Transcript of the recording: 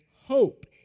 hope